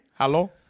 Hello